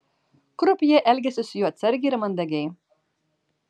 krupjė elgėsi su juo atsargiai ir mandagiai